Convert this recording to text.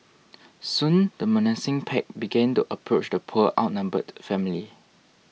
soon the menacing pack began to approach the poor outnumbered family